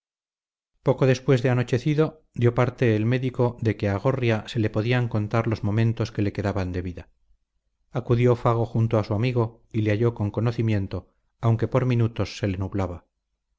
poco después de anochecido dio parte el médico de que a gorria se le podían contar los momentos que le quedaban de vida acudió fago junto a su amigo y le halló con conocimiento aunque por minutos se le nublaba